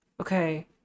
okay